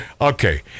okay